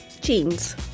jeans